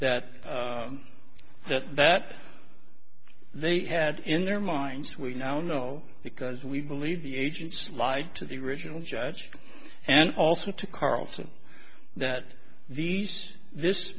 that that they had in their minds we now know because we believe the agents lied to the original judge and also to carlton that these this